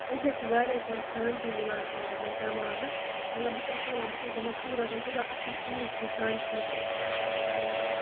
اَمہِ سۭتۍ چھ مےٚ واریاہ شانتی مِلان دٮ۪ماغَس مطلب بہٕ چھَس ہٲران مطلب قُدرَتن کوٗتاہ اَصٕل چیٖز چھُ یہِ سانہِ خٲطرٕ بَنومُت